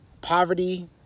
poverty